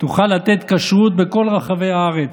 תוכל לתת כשרות בכל רחבי הארץ.